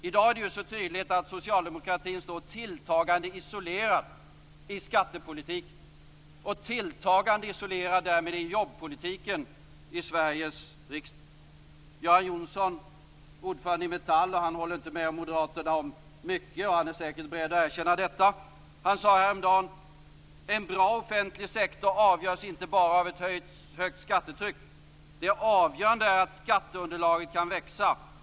I dag är det tydligt att socialdemokratin står tilltagande isolerad i skattepolitiken och därmed tilltagande isolerad i jobbpolitiken i Sveriges riksdag. Metallordföranden Göran Johnsson håller inte med Moderaterna om mycket, vilket han säkert är beredd att erkänna, men han sade häromdagen: "En bra offentlig sektor avgörs inte bara av ett högt skattetryck. Det avgörande är att skatteunderlaget kan växa.